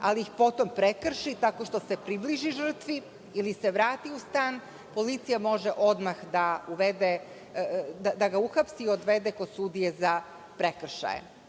ali ih potom prekrši tako što se približi žrtvi ili se vrati u stan, policija može odmah da ga uhapsi i odvede kod sudije za prekršaje. Tužilac